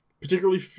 particularly